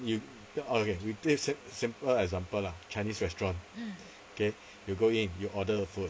you okay we play sim~ simple example lah chinese restaurant K you go in you order the food